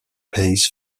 pays